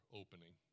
opening